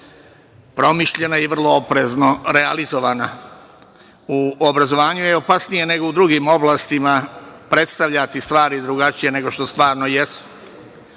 promišljena i vrlo oprezno realizovana.U obrazovanju je opasnije nego u drugim oblastima predstavljati stvari drugačije nego što stvarno jesu.